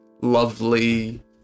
lovely